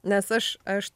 nes aš aš